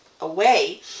away